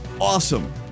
awesome